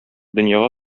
дөньяга